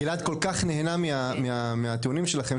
גלעד כל כך נהנה מהטיעונים שלכם,